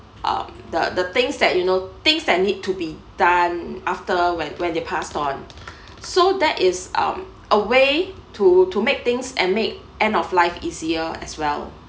um the the things that you know things that need to be done after when when they passed on so that is um away to make things and make end of life easier as well